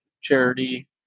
charity